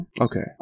okay